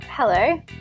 Hello